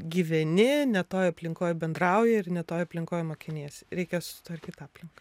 gyveni ne toj aplinkoj bendrauji ir ne toj aplinkoj mokiniesi reikia susitvarkyt aplinka